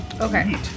Okay